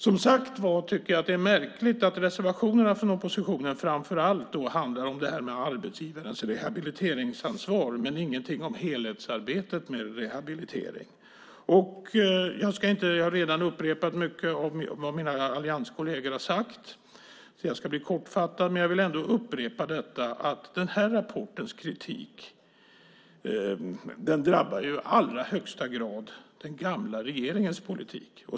Jag tycker, som sagt var, att det är märkligt att reservationerna från oppositionen framför allt handlar om arbetsgivarnas rehabiliteringsansvar men att ingenting sägs om helhetsarbetet med rehabilitering. Jag har redan upprepat mycket av vad mina allianskolleger har sagt, så jag ska bli kortfattad. Men jag vill ändå upprepa att kritiken i den här rapporten i allra högsta grad drabbar den gamla regeringens politik.